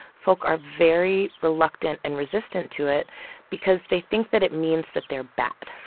folk are very reluctant and resistant to it because they think that it means that they're bad,